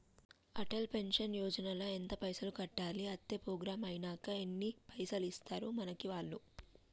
Atal pension Yojana ల ఎంత పైసల్ కట్టాలి? అత్తే ప్రోగ్రాం ఐనాక ఎన్ని పైసల్ ఇస్తరు మనకి వాళ్లు?